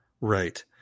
Right